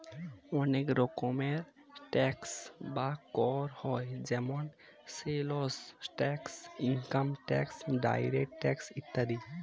অনেক রকম ট্যাক্স বা কর হয় যেমন sales tax, income tax, direct tax ইত্যাদি